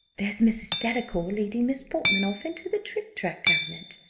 there's mrs. delacour leading miss portman off into the trictrac cabinet,